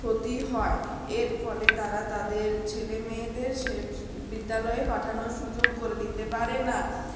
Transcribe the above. ক্ষতি হয় এর ফলে তারা তাদের ছেলেমেয়েদের সে বিদ্যালয়ে পাঠানোর সুযোগ করে দিতে পারে না